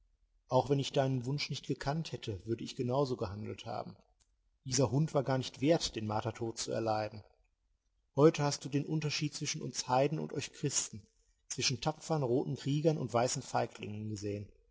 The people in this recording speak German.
auch wenn ich deinen wunsch nicht gekannt hätte würde ich genau so gehandelt haben dieser hund war gar nicht wert den martertod zu erleiden heut hast du den unterschied zwischen uns heiden und euch christen zwischen tapfern roten kriegern und weißen feiglingen gesehen